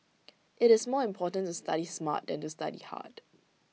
IT is more important to study smart than to study hard